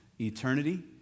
eternity